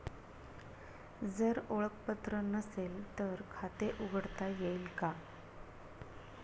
जर ओळखपत्र नसेल तर खाते उघडता येईल का?